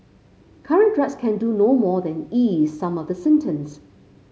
current drugs can do no more than ease some of the symptoms